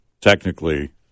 Technically